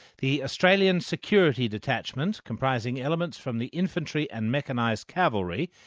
the australian security detachment, comprising elements from the infantry and mechanized cavalry,